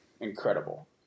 incredible